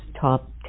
top